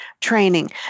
training